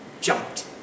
jumped